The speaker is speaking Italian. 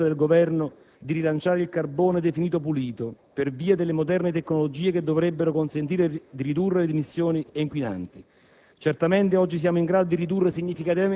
Inoltre, non sembra condivisibile la scelta del Governo di rilanciare il carbone, definito «pulito» per via delle moderne tecnologie che dovrebbero consentire di ridurre le emissioni inquinanti.